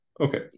okay